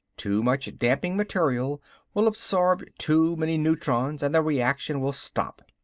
too much damping material will absorb too many neutrons and the reaction will stop.